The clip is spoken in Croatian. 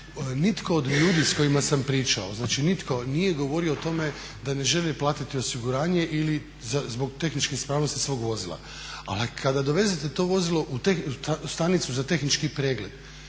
Nitko od ljudi s kojima sam pričao, znači nitko nije govorio o tome da ne želi platiti osiguranje ili zbog tehničke ispravnosti svog vozila. Ali kada dovezete to vozilo u stanicu za tehnički pregled